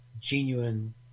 genuine